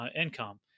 income